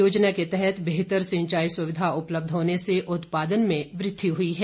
योजना के तहत बेहतर सिंचाई सुविधा उपलब्ध होने से उत्पादन में वृद्धि हुई है